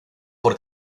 por